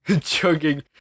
chugging